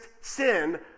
sin